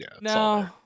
no